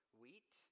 wheat